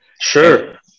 sure